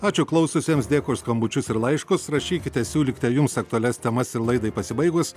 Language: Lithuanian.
ačiū klausiusiems dėkui už skambučius ir laiškus rašykite siūlykite jums aktualias temas ir laidai pasibaigus